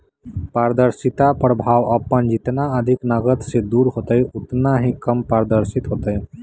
पारदर्शिता प्रभाव अपन जितना अधिक नकद से दूर होतय उतना ही कम पारदर्शी होतय